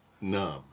numb